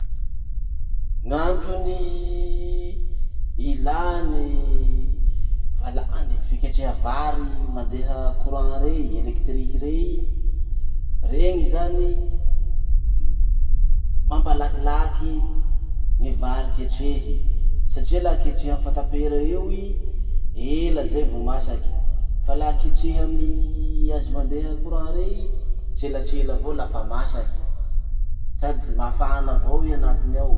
Gn'antony ilà ny valany fiketreha vary mandeha courant rey, elektriky rey. Reny zany mampalakilaky ny vary ketrehy. Satria laha ketrehy amy fatapera io i, ela zay vo masaky. Fa laha ketrehy amy azy mandeha courant rey i, tselatsela avao lafa masaky. Sady mafana avao i anatiny ao.